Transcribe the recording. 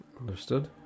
understood